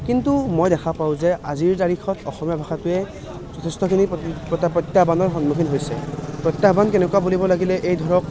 কিন্তু মই দেখা পাওঁ যে আজিৰ তাৰিখত অসমীয়া ভাষাটোৱে যথেষ্টখিনি প্ৰতি প্ৰত্যাহ্বানৰ সন্মুখীন হৈছে প্ৰত্যাহ্বান কেনেকুৱা বুলিব লাগিলে এই ধৰক